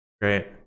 Great